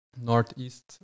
Northeast